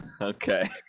Okay